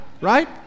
Right